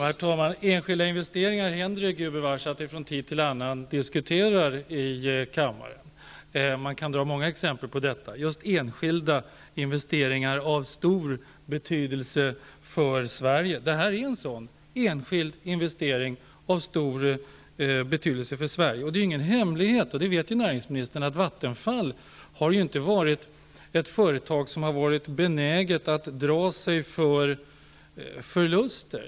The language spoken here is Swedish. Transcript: Herr talman! Från tid till annan händer det att vi diskuterar enskilda investeringar i kammaren. Det går att ta fram många exempel på enskilda investeringar av stor betydelse för Sverige. Det här en sådan enskild investering av stor betydelse för Näringsministern vet att det inte är någon hemlighet att Vattenfall inte har varit ett företag som har varit benäget att dra sig för förluster.